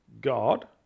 God